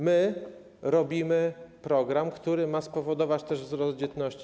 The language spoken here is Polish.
My robimy program, który ma spowodować też wzrost dzietności.